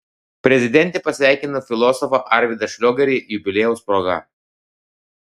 prezidentė pasveikino filosofą arvydą šliogerį jubiliejaus proga